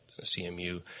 CMU